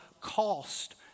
cost